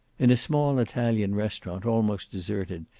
in a small italian restaurant, almost deserted,